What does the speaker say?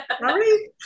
Right